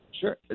Sure